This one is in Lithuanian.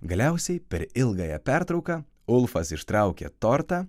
galiausiai per ilgąją pertrauką ulfas ištraukė tortą